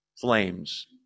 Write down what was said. flames